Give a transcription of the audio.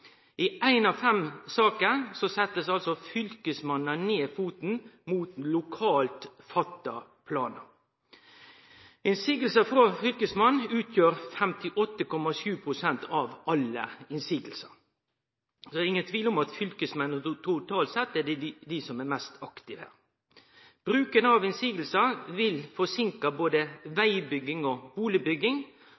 I ei av fem saker set altså Fylkesmannen ned foten mot lokalt fatta planar. Motsegner frå Fylkesmannen utgjer 58,7 pst. av alle motsegnene. Det er ingen tvil om at fylkesmennene totalt sett er dei som er mest aktive. Bruken av motsegner vil seinke både